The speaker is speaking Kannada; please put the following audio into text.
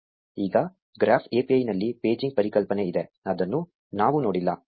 ಈಗ ಗ್ರಾಫ್ API ನಲ್ಲಿ ಪೇಜಿಂಗ್ ಪರಿಕಲ್ಪನೆ ಇದೆ ಅದನ್ನು ನಾವು ನೋಡಿಲ್ಲ